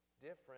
different